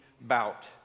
bout